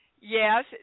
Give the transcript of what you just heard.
Yes